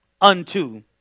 unto